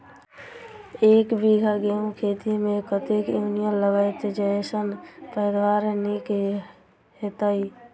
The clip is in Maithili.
एक बीघा गेंहूँ खेती मे कतेक यूरिया लागतै जयसँ पैदावार नीक हेतइ?